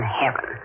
heaven